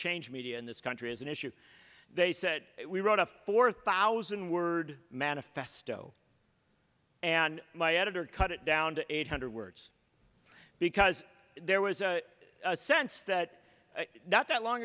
change media in this country is an issue they said we wrote a four thousand word manifesto and my editor cut it down to eight hundred words because there was a sense that not that long